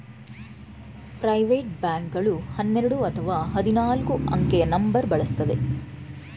private bank ಗಳು ಹನ್ನೆರಡು ಅಥವಾ ಹದಿನಾಲ್ಕು ಅಂಕೆಯ ನಂಬರ್ ಬಳಸುತ್ತದೆ